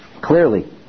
Clearly